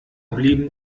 blieben